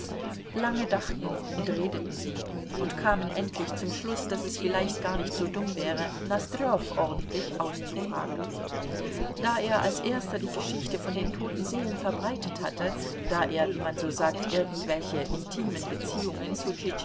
lange dachten und redeten sie und kamen endlich zum schluß daß es vielleicht gar nicht so dumm wäre nosdrjow ordentlich auszufragen da er als erster die geschichte von den toten seelen verbreitet hatte da er wie man so sagt irgendwelche intimen beziehungen zu